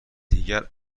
دیگر